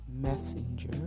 messenger